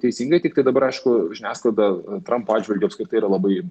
teisingai tiktai dabar aišku žiniasklaida trampo atžvilgiu apskritai yra labai